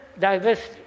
diversity